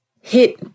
hit